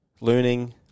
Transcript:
learning